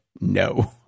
No